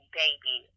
baby